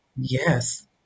Yes